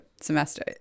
semester